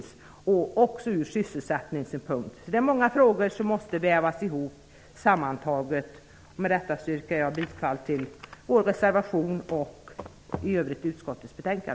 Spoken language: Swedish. En naturgasledning över Sverige skulle också ha betydelse ur sysselsättningssynpunkt. Så det är många frågor som måste vävas ihop. Med detta yrkar jag bifall till vår reservation och i övrigt till utskottets hemställan.